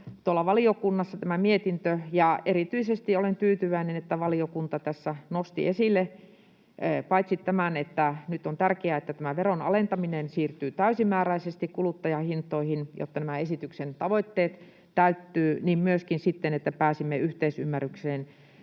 nopeasti valiokunnassa. Erityisesti olen tyytyväinen paitsi siitä, että valiokunta tässä nosti esille tämän, että nyt on tärkeää, että tämä veron alentaminen siirtyy täysimääräisesti kuluttajahintoihin, jotta esityksen tavoitteet täyttyvät, myöskin sitten siitä, että pääsimme yhteisymmärrykseen